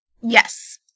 Yes